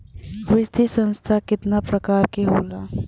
वित्तीय संस्था कितना प्रकार क होला?